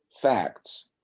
facts